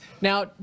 Now